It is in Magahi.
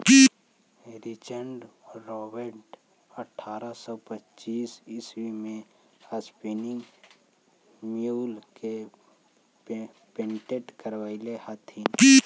रिचर्ड रॉबर्ट अट्ठरह सौ पच्चीस ईस्वी में स्पीनिंग म्यूल के पेटेंट करवैले हलथिन